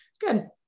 Good